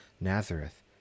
Nazareth